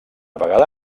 vegada